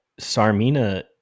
Sarmina